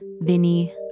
Vinny